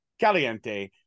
Caliente